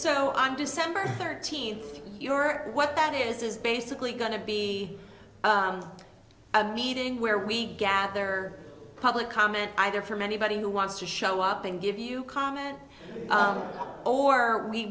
so i'm december thirteenth your what that is is basically going to be a meeting where we gather public comment either from anybody who wants to show up and give you comment or are we